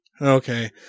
Okay